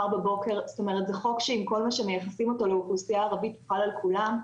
זה חוק שעם כל מה שמייחסים אותו לאוכלוסייה ערבית חל על כולם,